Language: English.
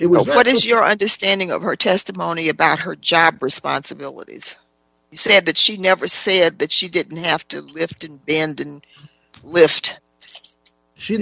be what is your understanding of her testimony about her job responsibilities he said that she never said that she didn't have to lift and lift she